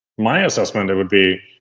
my assessment it would be,